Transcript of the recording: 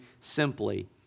simply